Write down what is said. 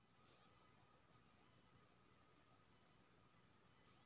गेहूं के फसल मे कतेक बेर आ केतना दिन पर पानी परबाक चाही?